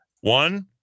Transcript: One